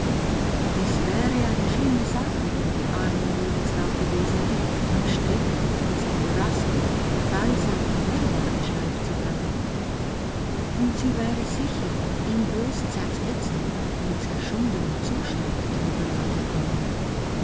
es wäre eine schlimme sache für die arme junge frau gewesen am strick durch diesen morast mit all seinem wirrwarr geschleift zu werden und sie wäre sicher in bös zerfetztem und zerschundenem zustand drüben angekommen